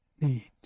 need